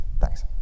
Thanks